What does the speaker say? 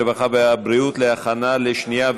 הרווחה והבריאות נתקבלה.